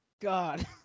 God